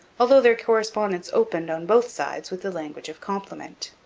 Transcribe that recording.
although their correspondence opened, on both sides, with the language of compliment.